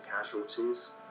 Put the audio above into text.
casualties